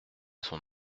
son